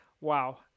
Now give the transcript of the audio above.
Wow